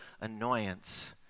annoyance